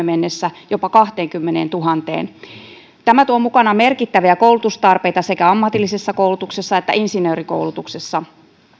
mennessä jopa kahteenkymmeneentuhanteen tämä tuo mukanaan merkittäviä koulutustarpeita sekä ammatillisessa koulutuksessa että insinöörikoulutuksessa